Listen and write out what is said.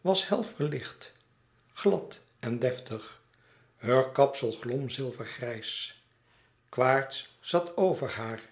was hel verlicht glad en deftig heur kapsel glom zilver grijs quaerts zat over haar